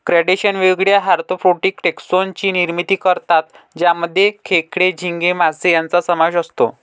crustacean वेगवेगळ्या orthopaedic taxon ची निर्मिती करतात ज्यामध्ये खेकडे, झिंगे, मासे यांचा समावेश असतो